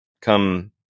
Come